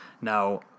Now